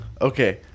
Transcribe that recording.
okay